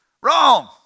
Wrong